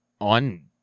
on